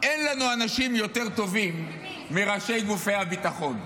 אין לנו אנשים יותר טובים מראשי גופי הביטחון.